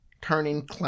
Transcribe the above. turning